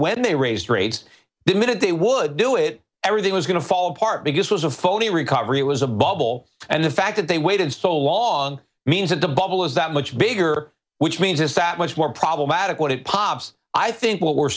when they raised rates the minute they would do it everything was going to fall apart biggest was a phony recovery it was a bubble and the fact that they waited so long means that the bubble is that much bigger which means it's that much more problematic what it pops i think what we're